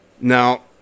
Now